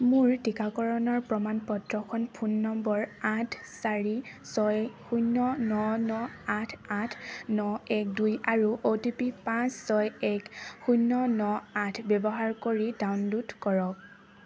মোৰ টীকাকৰণৰ প্ৰমাণপত্ৰখন ফোন নম্বৰ আঠ চাৰি ছয় শূন্য ন ন আঠ আঠ ন এক দুই আৰু অ' টি পি পাঁচ ছয় এক শূন্য ন আঠ ব্যৱহাৰ কৰি ডাউনল'ড কৰক